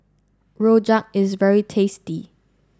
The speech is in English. Rojak is very tasty